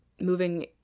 moving